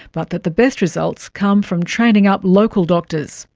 but that the best results come from training up local doctors.